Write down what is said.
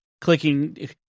clicking